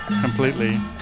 completely